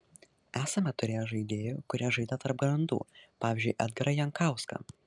esame turėję žaidėjų kurie žaidė tarp grandų pavyzdžiui edgarą jankauską